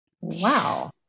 Wow